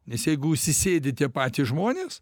nes jeigu užsisėdi tie patys žmonės